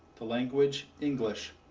the language, english.